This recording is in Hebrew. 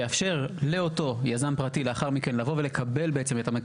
אז אין לנו הגבלה היום.